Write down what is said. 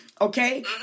okay